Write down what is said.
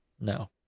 No